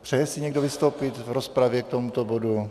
Přeje si někdo vystoupit v rozpravě k tomuto bodu?